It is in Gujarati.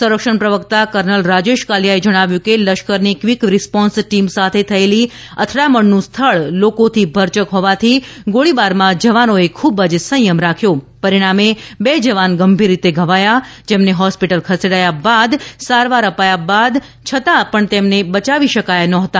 સંરક્ષણ પ્રવકતા કર્નલ રાજેશ કાલિયા એ જણાવ્યુ છે કે લશ્કરની ક્વીક રિસ્પોન્સ ટીમ સાથે થયેલી અથડામણનું સ્થળ લોકોથી ભરચક હોવાથી ગોળીબારમાં જવાનો એ ખૂબ સંથમ રાખ્યો હતો પરિણામે બે જવાન ગંભીર રીતે ઘવાયા હતા જેમને હોસ્પિટલ ખસેડયા બાદ સારવાર અપાયા છતાં તેમણે બચાવી શકયા નહોતા